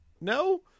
no